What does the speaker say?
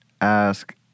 ask